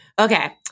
Okay